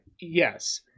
yes